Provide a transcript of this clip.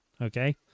Okay